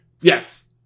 Yes